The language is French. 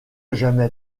jamais